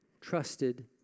trusted